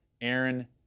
Aaron